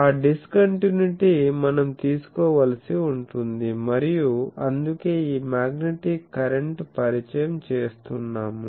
ఆ డిస్కంటిన్యుటీ మనం తీసుకోవలసి ఉంటుంది మరియు అందుకే ఈ మ్యాగ్నెటిక్ కరెంట్ పరిచయం చేస్తున్నాము